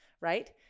right